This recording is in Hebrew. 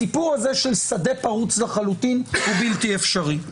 הסיפור הזה של שדה פרוץ לחלוטין בלתי אפשרי.